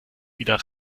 wieder